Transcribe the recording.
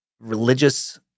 religious